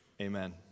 amen